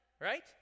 right